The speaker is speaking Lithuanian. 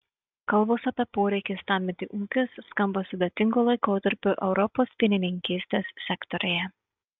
kalbos apie poreikį stambinti ūkius skamba sudėtingu laikotarpiu europos pienininkystės sektoriuje